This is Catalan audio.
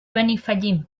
benifallim